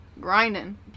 grinding